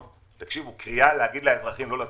אצלנו הייתה קריאה לאזרחים לא לטוס.